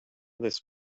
this